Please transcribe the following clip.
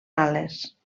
ales